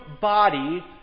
body